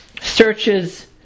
searches